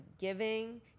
giving